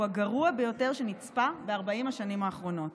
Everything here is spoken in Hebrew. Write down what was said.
הגרוע ביותר שנצפה ב-40 השנים האחרונות.